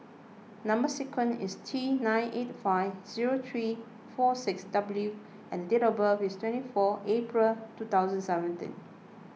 Number Sequence is T nine eight five zero three four six W and date of birth is twenty four April two thousand and seventeen